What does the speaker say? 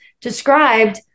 described